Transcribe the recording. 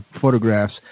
photographs